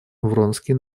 вронский